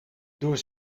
door